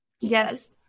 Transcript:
Yes